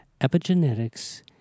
epigenetics